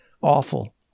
awful